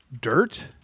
Dirt